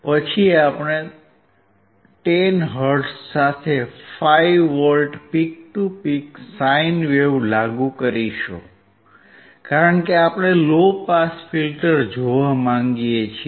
પછી આપણે 10 હર્ટ્ઝ સાથે 5V peak to peak sine wave લાગુ કરીશું કારણ કે આપણે લો પાસ ફિલ્ટર જોવા માંગીએ છીએ